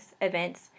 events